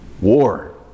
war